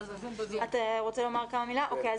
אוקיי,